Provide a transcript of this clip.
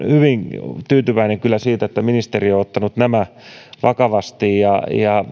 hyvin tyytyväinen kyllä siihen että ministeri on ottanut nämä vakavasti ja ja